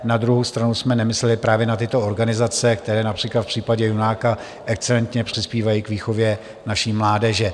Na druhou stranu jsme nemysleli právě na tyto organizace, které například v případě Junáka excelentně přispívají k výchově naší mládeže.